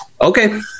Okay